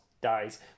Dies